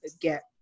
get